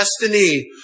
destiny